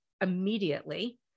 immediately